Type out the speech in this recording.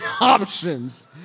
options